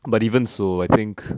but even so I think